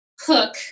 hook